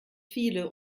viele